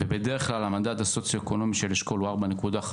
ובדרך כלל המדד הסוציואקונומי של אשכול כזה הוא 4.5,